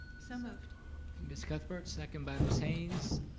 so moved miss cuthbert, second by miss haynes.